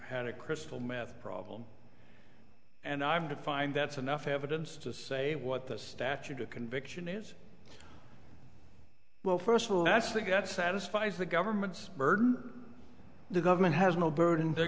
had a crystal meth problem and i'm to find that's enough evidence to say what the statute of conviction is well first of all that's the got satisfies the government's burden the government has no burden the